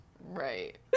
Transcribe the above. right